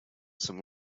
some